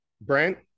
Brent